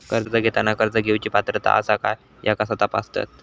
कर्ज घेताना कर्ज घेवची पात्रता आसा काय ह्या कसा तपासतात?